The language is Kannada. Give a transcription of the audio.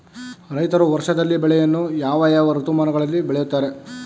ರೈತರು ವರ್ಷದಲ್ಲಿ ಬೆಳೆಯನ್ನು ಯಾವ ಯಾವ ಋತುಮಾನಗಳಲ್ಲಿ ಬೆಳೆಯುತ್ತಾರೆ?